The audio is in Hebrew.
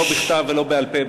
לא בכתב ולא בעל-פה,